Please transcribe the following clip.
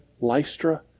Lystra